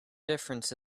difference